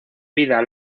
vida